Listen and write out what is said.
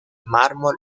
mármol